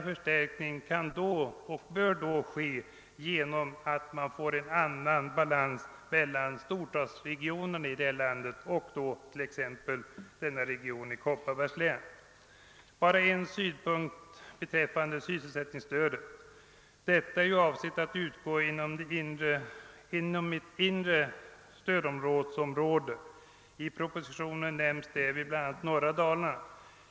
Förstärkningen kan och bör ske genom att man får en annan balans mellan storstadsregionerna i landet och exempelvis denna region i Kopparbergs län. Bara en synpunkt beträffande sysselsättningsstödet! Detta är ju avsett att utgå inom ett inre stödområde — i propositionen nämns bl.a. norra Dalarna.